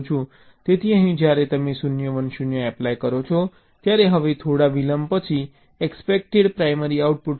તેથી અહીં જ્યારે તમે 0 1 0 એપ્લાય કરો છો ત્યારે હવે થોડા વિલંબ પછી એક્સપેક્ટેડ પ્રાઇમરી આઉટપુટ 0 1 દેખાશે